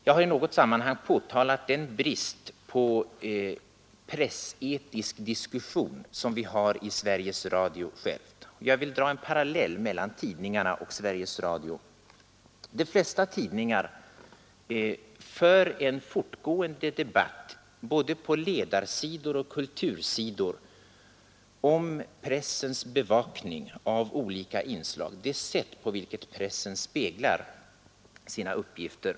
Jag har i något sammanhang påtalat bristen på pressetisk diskussion i Sveriges Radio. Jag vill här dra en parallell mellan tidningarna och Sveriges Radio. De flesta tidningar för en fortgående debatt på både ledarsidor och kultursidor om pressens bevakning av olika inslag, om det sätt på vilket pressen fullgör sina uppgifter.